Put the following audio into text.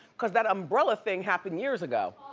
cause that umbrella thing happened years ago,